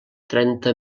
trenta